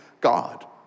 God